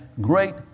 great